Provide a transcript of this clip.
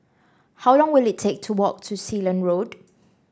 how long will it take to walk to Sealand Road